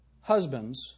Husbands